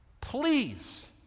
Please